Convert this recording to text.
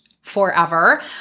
forever